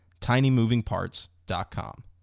tinymovingparts.com